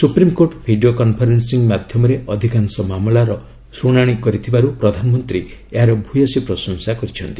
supreme court video conferencing ମାଧ୍ୟମରେ ଅଧିକାଂଶ ମାମଲାର ଶୁଣାଣି କରିଥିବାରୁ ପ୍ରଧାନମନ୍ତ୍ରୀ ଏହାର ଭୂୟସୀ ପ୍ରଶଂସା କରିଛନ୍ତି